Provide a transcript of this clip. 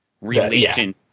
religion